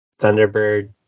Thunderbird